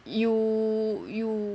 you you